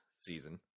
season